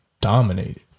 dominated